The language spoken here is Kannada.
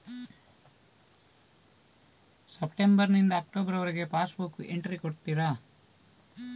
ಸೆಪ್ಟೆಂಬರ್ ನಿಂದ ಅಕ್ಟೋಬರ್ ವರಗೆ ಪಾಸ್ ಬುಕ್ ಎಂಟ್ರಿ ಬೇಕು ಕೊಡುತ್ತೀರಾ?